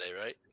right